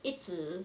一直